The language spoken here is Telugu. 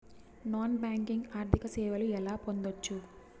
నాన్ బ్యాంకింగ్ ఆర్థిక సేవలు ఎలా పొందొచ్చు?